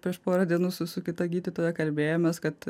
prieš porą dienų su su kita gydytoja kalbėjomės kad